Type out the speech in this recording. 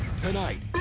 tonight